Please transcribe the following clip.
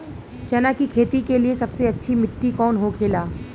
चना की खेती के लिए सबसे अच्छी मिट्टी कौन होखे ला?